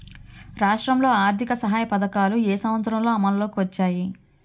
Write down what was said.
రాష్ట్రంలో ఆర్థిక సహాయ పథకాలు ఏ సంవత్సరంలో అమల్లోకి వచ్చాయి?